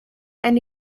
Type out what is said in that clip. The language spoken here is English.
and